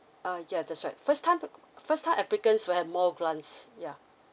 uh yeah that's right first time first time applicants will have more grants yeah